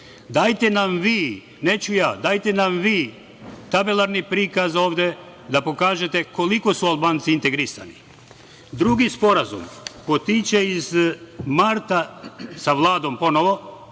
Dajte nam vi, neću ja, dajte nam vi tabelarni prikaz ovde da pokažete koliko su Albanci integrisani. Drugi sporazum potiče iz marta, sa Vladom ponovo,